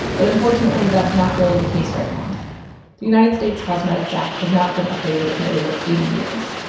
but unfortunately that's not really the case right now the united states' cosmetics act has not been updated in over eighty years.